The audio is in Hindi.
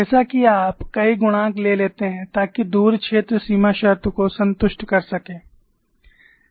जैसा कि आप कई गुणांक ले लेते हैं ताकि दूर क्षेत्र सीमा शर्त को संतुष्ट कर सके